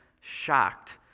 shocked